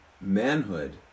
manhood